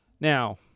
Now